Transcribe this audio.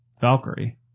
Valkyrie